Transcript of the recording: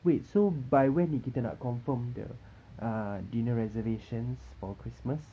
wait so by when ni kita nak confirm the uh dinner reservations for christmas